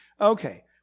Okay